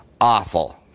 Awful